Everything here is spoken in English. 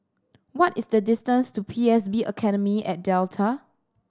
what is the distance to P S B Academy at Delta